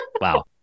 Wow